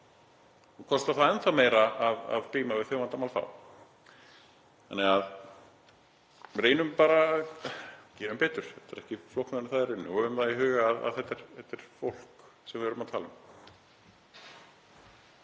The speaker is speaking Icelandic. Það kostar þá enn þá meira að glíma við þau vandamál þá. Þannig að við reynum bara að gera betur, það er ekki flóknara en það, og höfum það í huga að þetta er fólk sem við erum að tala um.